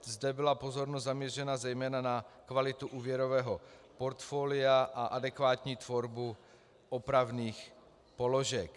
Zde byla pozornost zaměřena zejména na kvalitu úvěrového portfolia a adekvátní tvorbu opravných položek.